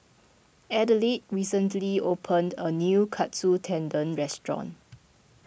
Adelaide recently opened a new Katsu Tendon restaurant